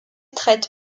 traite